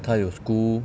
她有 school